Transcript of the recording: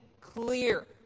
clear